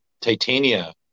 Titania